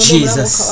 Jesus